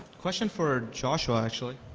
question for joshua, actually.